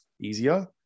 easier